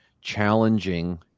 challenging